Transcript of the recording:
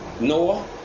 Noah